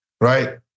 right